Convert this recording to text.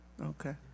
Okay